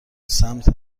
سمت